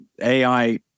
AI